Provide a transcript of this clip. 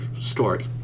story